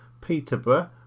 Peterborough